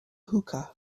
hookah